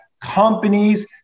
companies